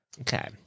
Okay